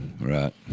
Right